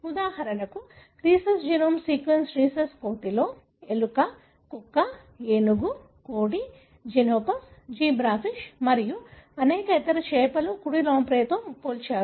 ఉదాహరణకు rhesus genome సీక్వెన్స్ను rhesus కోతితో ఎలుక కుక్క ఏనుగు కోడి జెనోపస్ జీబ్రా ఫిష్ మరియు అనేక ఇతర చేపలు కుడి లాంప్రేతో పోల్చారు